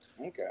Okay